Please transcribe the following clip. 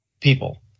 people